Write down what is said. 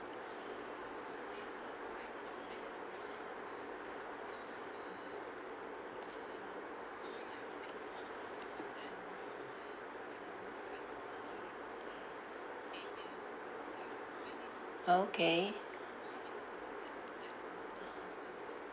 okay